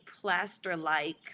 plaster-like